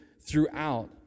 throughout